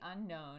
unknown